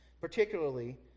particularly